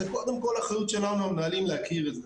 זה קודם כל אחריות שלנו המנהלים להכיר את זה.